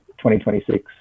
2026